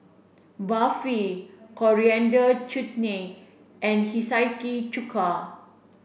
Barfi Coriander Chutney and Hiyashi chuka